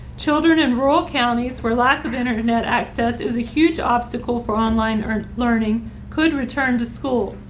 children in rural counties for lack of internet access is a huge obstacle for online or learning could return to school.